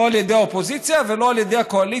לא על ידי האופוזיציה ולא על ידי הקואליציה,